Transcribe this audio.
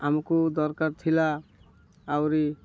ଆମକୁ ଦରକାର ଥିଲା ଆହୁରି